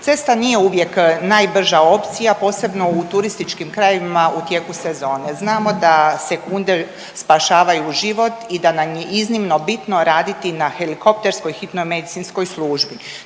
Cesta nije uvijek najbrža opcija posebno u turističkim krajevima u tijeku sezone. Znamo da sekunde spašavaju život i da nam je iznimno bitno raditi na helikopterskoj hitnoj medicinskoj službi.